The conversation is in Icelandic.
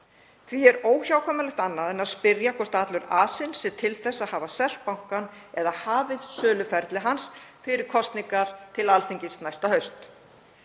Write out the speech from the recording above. Því er óhjákvæmilegt annað en að spyrja hvort allur asinn sé til að hafa selt bankann eða hafið söluferli hans fyrir kosningar til Alþingis næsta haust.